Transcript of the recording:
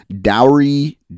Dowry